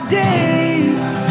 days